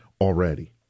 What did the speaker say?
already